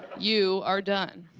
you are done.